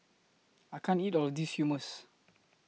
I can't eat All of This Hummus